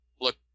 look